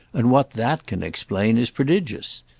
and what that can explain is prodigious.